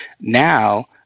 Now